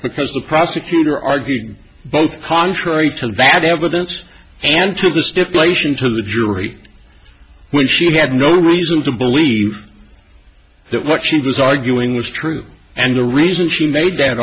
because the prosecutor argue both contrary to the bad evidence and to the stipulation to the jury when she had no reason to believe what she was arguing was true and the reason she made that